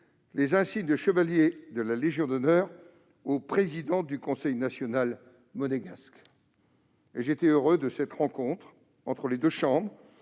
les insignes de chevalier de la Légion d'honneur au président du Conseil national monégasque, et j'étais heureux de cette rencontre entre les deux chambres